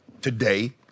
today